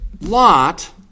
Lot